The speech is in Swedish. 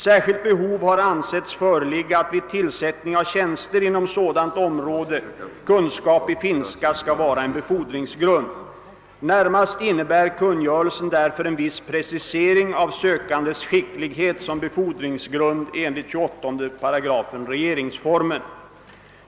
Särskilt behov har ansetts föreligga att vid tillsättning av tjänster inom sådant område kunskap i finska skall vara en befordringsgrund. Närmast innebär kungörelsen därför en viss precisering av sökandes skicklighet som befordringsgrund enligt 28 § regeringsformen.